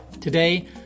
Today